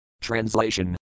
Translation